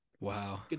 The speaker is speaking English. Wow